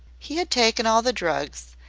he had taken all the drugs,